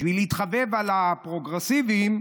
בשביל להתחבב על הפרוגרסיבים,